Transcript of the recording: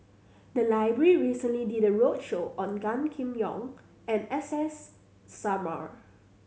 the library recently did a roadshow on Gan Kim Yong and S S Sarma